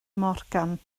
morgan